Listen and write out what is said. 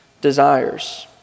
desires